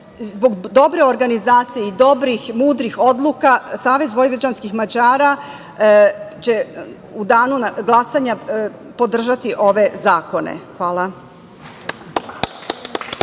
dobre organizacije i dobrih i mudrih odluka, Savez vojvođanskih Mađara će u danu za glasanje podržati ove zakone. Hvala.